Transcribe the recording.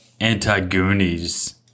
anti-Goonies –